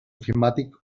ofimàtic